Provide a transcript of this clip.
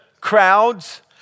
crowds